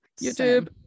YouTube